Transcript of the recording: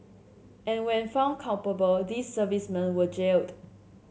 and when found culpable these servicemen were jailed